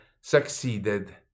succeeded